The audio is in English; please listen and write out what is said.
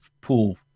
pool